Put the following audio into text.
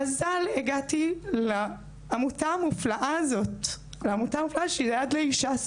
במזל הגעתי לעמותה המופלאה הזאת, שהיא יד לאישה.